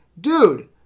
dude